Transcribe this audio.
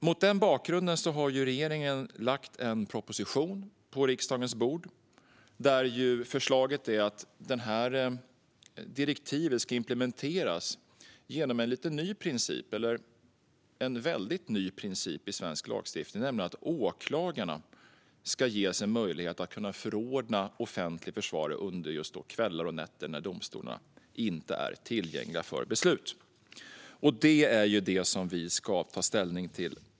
Mot denna bakgrund har regeringen på riksdagens bord lagt fram en proposition vars förslag innebär att direktivet ska implementeras genom en väldigt ny princip i svensk lagstiftning. Åklagarna ska nämligen ges en möjlighet att förordna offentlig försvarare under kvällar och nätter när domstolarna inte är tillgängliga för beslut. Detta är vad vi här i dag ska ta ställning till.